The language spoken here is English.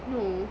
no